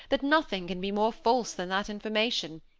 that nothing can be more false than that information,